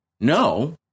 no